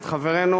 את חברנו,